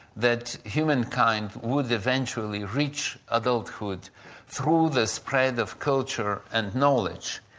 that humankind would eventually reach adulthood through the spread of culture and knowledge.